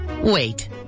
Wait